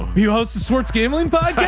you host the sports gambling but